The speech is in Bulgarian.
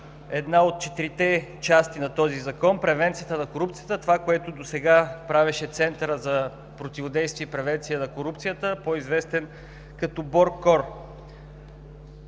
една от четирите части на този закон – „Превенция на корупцията“, което досега правеше Центърът за противодействие и превенция на корупцията, по-известен като БОРКОР.